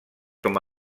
com